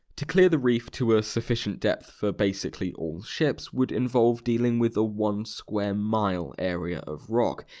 to clear the reef to a sufficient depth for basically all ships would involve dealing with a one square mile area of rock,